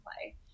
play